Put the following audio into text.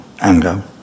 Anger